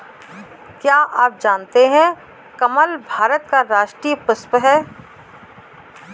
क्या आप जानते है कमल भारत का राष्ट्रीय पुष्प है?